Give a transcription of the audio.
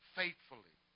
faithfully